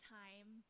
time